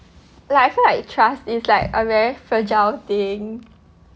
like I feel like trust is like a very fragile thing